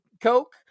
Coke